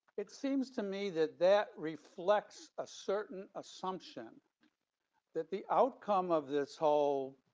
it seems to me that that reflects a certain assumption that the outcome of this whole